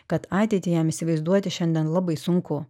kad ateitį jam įsivaizduoti šiandien labai sunku